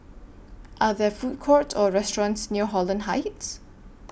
Are There Food Courts Or restaurants near Holland Heights